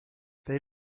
they